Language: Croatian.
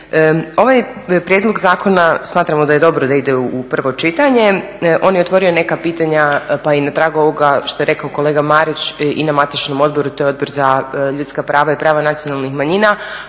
Ovaj prijedlog zakona smatramo da je dobro da ide u prvo čitanje. On je otvorio i neka pitanja pa i na tragu ovog što je rekao kolega Marić i na matičnom odboru, to je Odbor za ljudska prava i prava nacionalnih manjina,